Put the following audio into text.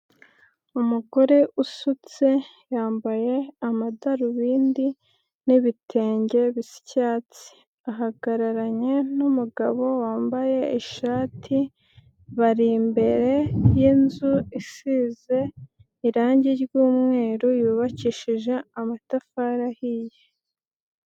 Umugore usutse yambaye amadarubindi n'ibitenge bisa icyatsi, ahagararanye n'umugabo wambaye ishati, bari imbere y'inzu isize irange ry'umweru yubakishije amatafari ahiye.